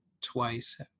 twice